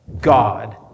God